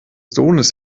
sohnes